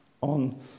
on